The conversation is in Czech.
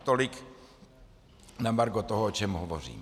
Tolik na margo toho, o čem hovořím.